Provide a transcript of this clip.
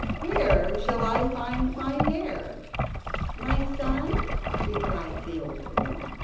where shall i find my hare my son replied the old woman,